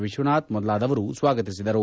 ವಿಶ್ವನಾಥ್ ಮೊದಲಾದರು ಸ್ವಾಗತಿಸಿದರು